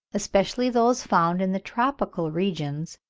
especially those found in the tropical regions,